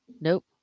Nope